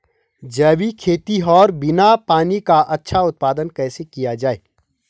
जैविक खेती और बिना पानी का अच्छा उत्पादन कैसे किया जाए?